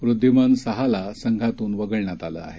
वृद्धिमन साहाला संघातून वगळण्यात आलं आहे